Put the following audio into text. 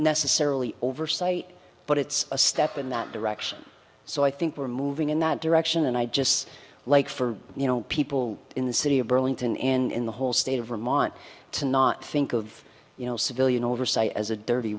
necessarily oversight but it's a step in that direction so i think we're moving in that direction and i just like for you know people in the city of burlington and in the whole state of vermont to not think of you know civilian oversight as a dirty